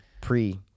pre-